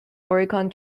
oricon